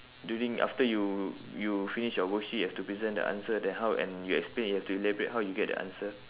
during after you you finish your worksheet you've to present the answer that how and you explain you have to elaborate how you get the answer